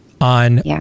on